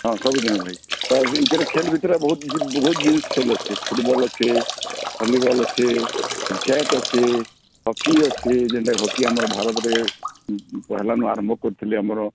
ହଁ ସବୁଦିନ ପାଇଁ ତା' ଭିତରେ ଖେଲ୍ ଭିତରେ ବହୁତ୍ ଜି ବହୁତ୍ ଜିନିଷ ଖେଲ୍ ଅଛେ ଫୁଟବଲ୍ ଅଛେ ଭଲିବଲ୍ ଅଛେ ଚେସ୍ ଅଛେ ହକି ଅଛେ ଯେନ୍ତା ହକି ଆମର୍ ଭାରତ୍ରେ ପହେଲାନୁ ଆରମ୍ଭ କରିଥିଲେ ଆମର୍